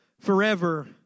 Forever